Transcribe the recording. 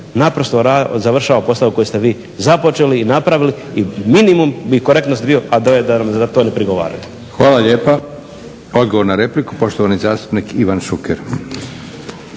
Naprosto završava posao koji ste vi započeli i napravili i minimum bi korektnost bio a da nam za to ne prigovarate. **Leko, Josip (SDP)** Hvala lijepo. Odgovor na repliku poštovani zastupnik Ivan Šuker.